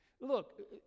Look